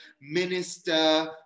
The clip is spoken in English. minister